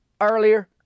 Earlier